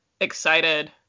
excited